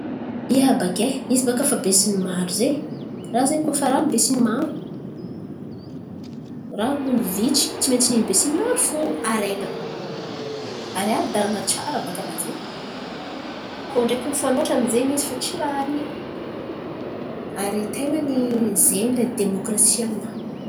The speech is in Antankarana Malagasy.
Ia, bàka e! Izy bàka fa besinimaro zen̈y. Raha zen̈y koa fa raha ny besinimaro, raha ny olo vitsy, tsy maintsy ny besinimaro fo arehan̈a. Ary ara-dalàn̈a tsara bàka raha zen̈y. Koa ndreky mifanohitry amy zen̈y izy fa tsy rarin̈y. Ary ten̈a ny zen̈y lay demôkrasia aminany.